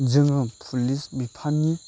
जोङो पुलिस बिफाननि